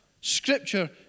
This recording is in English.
Scripture